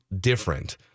different